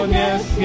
yes